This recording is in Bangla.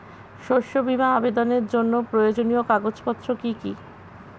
শস্য বীমা আবেদনের জন্য প্রয়োজনীয় কাগজপত্র কি কি?